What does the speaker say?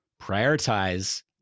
prioritize